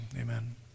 amen